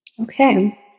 Okay